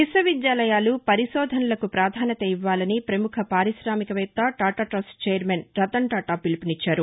విశ్వవిద్యాలయాలు పరిశోధనలకు పాధాన్యత ఇవ్వాలని ప్రముఖ పారిశామిక వేత్త టాటాటస్ట్ ఛైర్మన్ రతన్ టాటా పిలుపునిచ్చారు